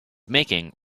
making